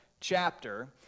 chapter